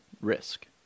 risk